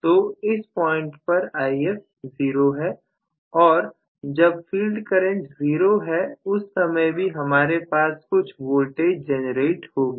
तो इस पॉइंट पर If जीरो है और जब फील्ड करंट जीरो है उस समय भी हमारे पास कुछ वोल्टेज जनरेट होगी